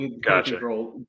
Gotcha